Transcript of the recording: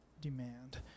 demand